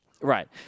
Right